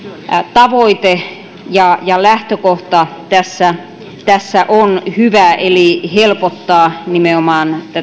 tavoite ja ja lähtökohta tässä tässä on hyvä eli helpottaa nimenomaan